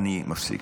אני מפסיק,